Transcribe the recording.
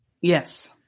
Yes